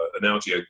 analogy